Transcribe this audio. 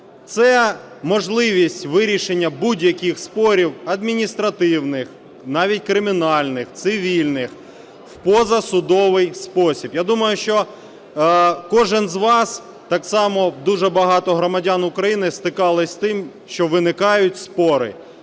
Це можливість вирішення будь-яких спорів, адміністративних, навіть кримінальних, цивільних, в позасудовий спосіб. Я думаю, що кожен з вас так само дуже багато, громадян України, стикались з тим, що виникають спори.